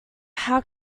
how